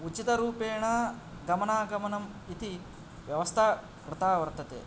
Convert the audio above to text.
उचित रूपेण गमनागमनम् इति व्यवस्था कृता वर्तते